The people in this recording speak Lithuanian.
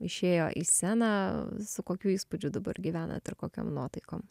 išėjo į sceną su kokiu įspūdžiu dabar gyvenat ir kokiom nuotaikom